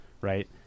right